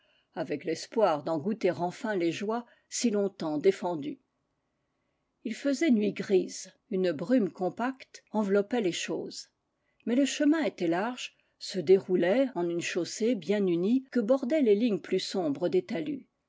avec l'espoir d'en goûter enfin les joies si longtemps défendues il faisait nuit grise une brume compacte enveloppait les choses mais le chemin était large se déroulait en wue chaussée bien unie que bordaient les lignes plus sombres des talus